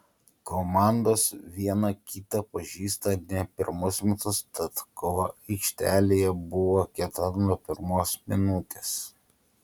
komandos viena kitą pažįsta ne pirmus metus tad kova aikštelėje buvo kieta nuo pirmos minutės